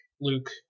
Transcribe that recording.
Luke